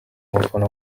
umufana